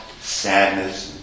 sadness